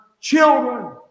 children